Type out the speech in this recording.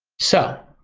so,